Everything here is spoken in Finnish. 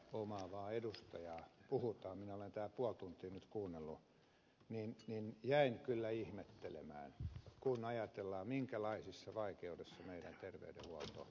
kun minä olen täällä nyt puoli tuntia kuunnellut niin jäin kyllä tätä ihmettelemään kun ajatellaan minkälaisessa vaikeudessa meidän terveydenhuoltojärjestelmämme on